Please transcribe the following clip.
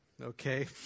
Okay